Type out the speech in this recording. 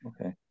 okay